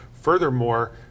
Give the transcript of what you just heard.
furthermore